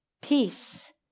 Peace